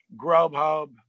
Grubhub